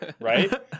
Right